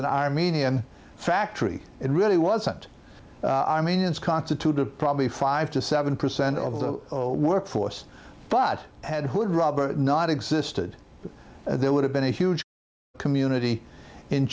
an armenian factory it really wasn't i mean it's constituted probably five to seven percent of the workforce but had who would rubber not existed there would have been a huge community in